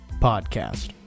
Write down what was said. podcast